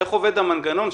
איך עובד המנגנון,